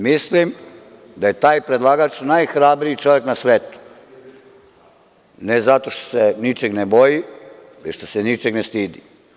Mislim da je taj predlagač najhrabriji čovek na svetu, ne zato što se ničeg ne boji, već što se ničeg ne stidi.